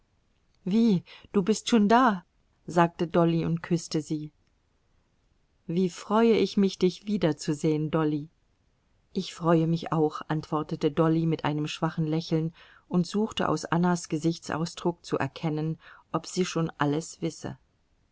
wie du bist schon da sagte dolly und küßte sie wie freue ich mich dich wiederzusehen dolly ich freue mich auch antwortete dolly mit einem schwachen lächeln und suchte aus annas gesichtsausdruck zu erkennen ob sie schon alles wisse